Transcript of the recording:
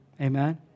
Amen